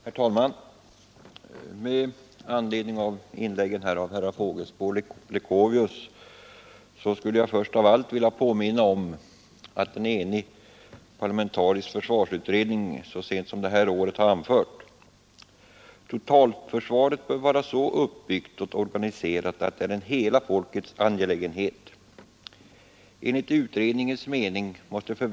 Herr talman! Med anledning av inläggen från herrar Fågelsbo och Leuchovius skulle jag först av allt vilja påminna om att en enig parlamentarisk försvarsutredning så sent som i år har anfört: ”Totalförsvaret bör vara så uppbyggt och organiserat att det är en hela folkets angelägenhet.